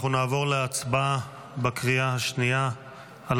אנחנו נעבור להצבעה בקריאה השנייה על